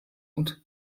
und